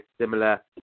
similar